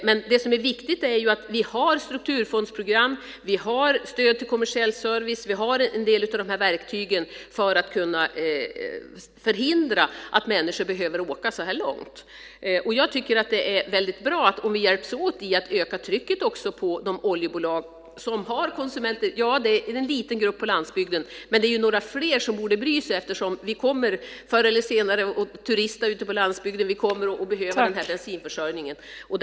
Men det som är viktigt är att vi har strukturfondsprogram, stöd till kommersiell service och en del andra verktyg för att förhindra att människor behöver åka så långt. Jag tycker att det är väldigt bra om vi hjälps åt med att öka trycket också på oljebolagen. Ja, det är en liten grupp människor som bor på landsbygden, men det är fler som borde bry sig. Förr eller senare kommer vi alla att turista ute på landsbygden och behöva bensinförsörjning där.